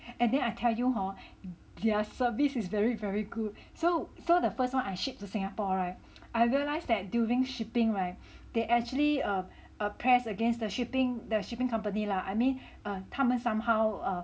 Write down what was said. and then I tell you how their service is very very good so so the first one I ship to Singapore [right] I realize that during shipping [right] they actually have a press against their shipping their shipping company lah I mean err 他们 somehow